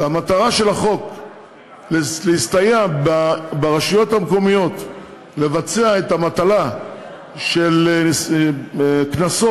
שהמטרה של החוק להסתייע ברשויות המקומיות לבצע את המטלה של קנסות,